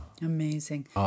Amazing